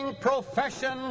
profession